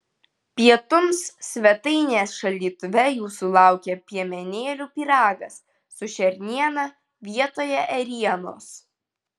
pietums svetainės šaldytuve jūsų laukia piemenėlių pyragas su šerniena vietoje ėrienos